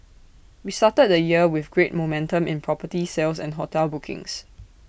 we started the year with great momentum in property sales and hotel bookings